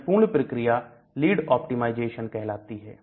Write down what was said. यह पूर्ण प्रक्रिया लीड ऑप्टिमाइजेशन कहलाती है